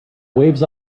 waves